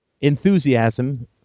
enthusiasm